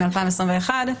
מ-2021,